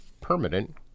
permanent